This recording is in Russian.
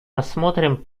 рассмотрим